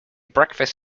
breakfast